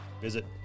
Visit